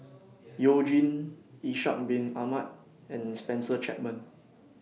YOU Jin Ishak Bin Ahmad and Spencer Chapman